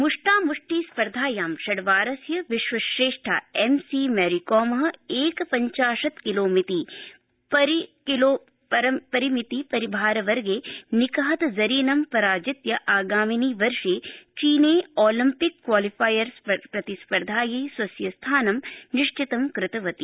मुष्टामुष्टि मुध्य मुष्टिस्पर्धायाम् षड्वारस्य विश्वश्रेष्ठा एमसीमैरीकॉम एकपञ्चाशत् किलोपरिमितभारवर्गे निकहत जरीनं पराजित्य आगामिनि वर्षे चीने ओलम्पिक क्वालिफर प्रतिस्पर्धायै स्वस्य स्थानं निश्चितं कृतवती